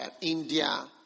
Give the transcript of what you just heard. India